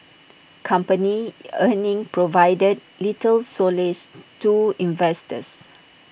company earnings provided little solace to investors